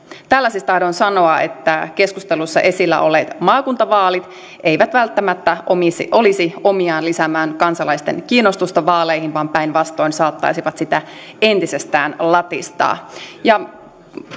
tällä siis tahdon sanoa että keskustelussa esillä olleet maakuntavaalit eivät välttämättä olisi omiaan lisäämään kansalaisten kiinnostusta vaaleihin vaan päinvastoin saattaisivat sitä entisestään latistaa